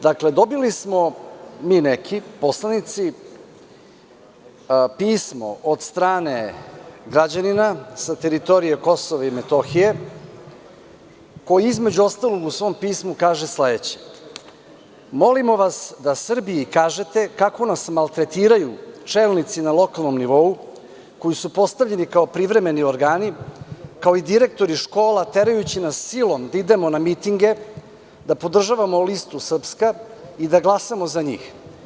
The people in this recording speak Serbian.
Dakle, dobili smo mi neki, poslanici pismo od strane građanina sa teritorije KiM, koji između ostalog u svom pismu kaže sledeće: „molimo vas da Srbiji kažete kako nas maltretiraju čelnici na lokalnom nivou, koji su postavljeni kao privremeni organi, kao i direktori škola, terajući nas silom da idemo na mitinge, da podržavamo listu „Srpska“ i da glasamo za njih.